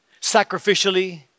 sacrificially